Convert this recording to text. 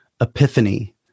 epiphany